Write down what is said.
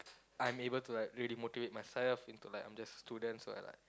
I'm able to like really motivate myself into like I'm just student so like